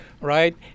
right